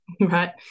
right